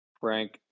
Frank